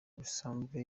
bisanzwe